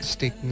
Stick